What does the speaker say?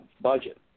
budget